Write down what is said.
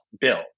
bill